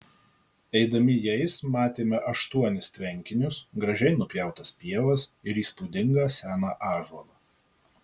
eidami jais matėme aštuonis tvenkinius gražiai nupjautas pievas ir įspūdingą seną ąžuolą